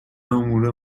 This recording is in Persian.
امور